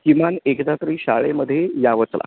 किमान एकदा तरी शाळेमध्ये यावंच लागतं